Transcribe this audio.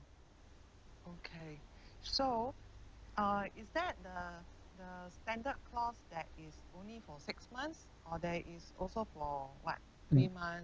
mm